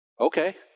Okay